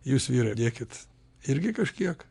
jūs vyrai dėkit irgi kažkiek